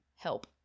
Help